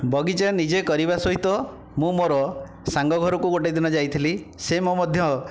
ବଗିଚା ନିଜେ କରିବା ସହିତ ମୁଁ ମୋର ସାଙ୍ଗ ଘରକୁ ଗୋଟିଏ ଦିନ ଯାଇଥିଲି ସେ ମୋ ମଧ୍ୟ